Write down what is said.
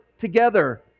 together